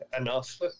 enough